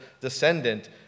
descendant